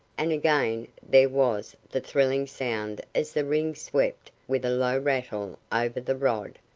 and again there was the thrilling sound as the rings swept with a low rattle over the rod,